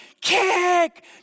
kick